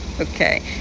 okay